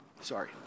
Sorry